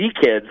kids